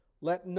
Let